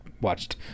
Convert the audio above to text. watched